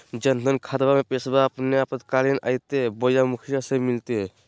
जन धन खाताबा में पैसबा अपने आपातकालीन आयते बोया मुखिया से मिलते?